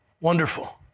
Wonderful